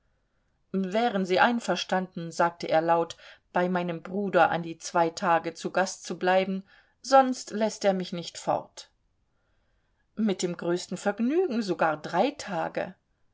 wären sie einverstanden sagte er laut bei meinem bruder an die zwei tage zu gast zu bleiben sonst läßt er mich nicht fort mit dem größten vergnügen sogar drei tage